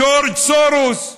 ג'ורג' סורוס.